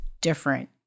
different